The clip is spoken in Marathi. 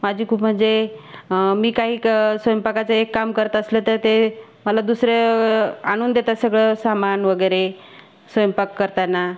माझी खूप म्हणजे मी काही एक स्वयंपाकाचं एक काम करत असले तर ते मला दुसरे आणून देतात सगळं सामान वगैरे स्वयंपाक करताना